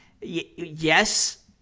yes